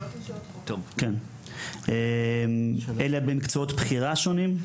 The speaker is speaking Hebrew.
אלה הרבה מקצועות בחירה שונים.